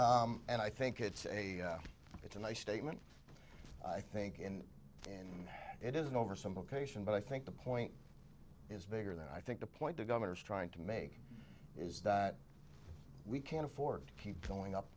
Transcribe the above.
this and i think it's a it's a nice statement i think in and it is an oversimplification but i think the point is bigger than i think the point the governor is trying to make is that we can't afford to keep going up